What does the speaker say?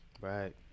Right